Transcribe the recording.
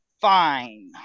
Fine